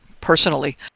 personally